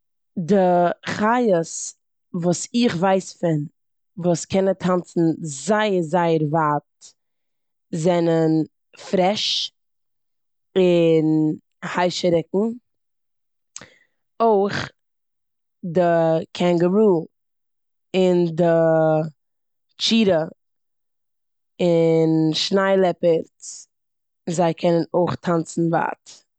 די חיות וואס איך ווייס פון וואס קענען טאנצן זייער זייער ווייט זענען פרעש און היישעריקן. אויך די קענגערו און די טשיטא און שניי לעפערטס. זיי קענען אויך טאנצן זייער ווייט.